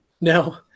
no